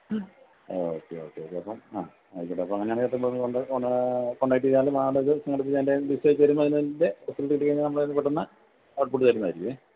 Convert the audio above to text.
okay okay okay അപ്പോൾ ആ ആയിക്കോട്ടെ അപ്പോൾ അങ്ങനെ ആണേൽ കോണ്ടാക്ട് ചെയ്താൽ മാഡം അതിൻ്റെ ലിസ്റ്റ് അയച്ചു തരുമ്പോ നമുക്ക് അതിൻ്റെ റിസൾട്ട് കിട്ടി കഴിഞ്ഞാൽ നമ്മൾ അതു പെട്ടെന്ന് ഔട്ട്പുട്ട് തരുന്നതായിരിക്കും ഏഹ്